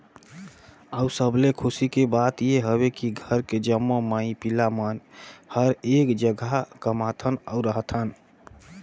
अउ सबले खुसी के बात ये हवे की घर के जम्मो माई पिला मन हर एक जघा कमाथन अउ रहथन